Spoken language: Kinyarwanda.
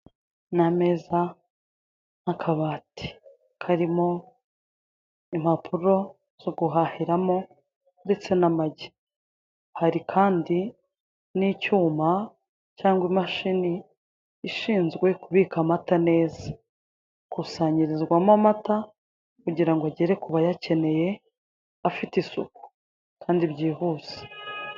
N'ameza n'akabati karimo impapuro zo guhahiramo ndetse n'amagi. Hari kandi n'icyuma cyangwa imashini, ishinzwe kubika amata neza. Ikusanyirizwamo amata kugirango agere ku bayakeneye afite isuku, kandi byihuse.